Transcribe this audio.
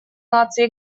наций